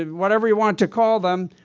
and whatever you want to call them,